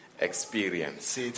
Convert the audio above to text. experience